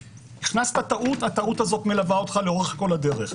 הכנסת טעות הטעות הזאת מלווה אותך לאורך כל הדרך.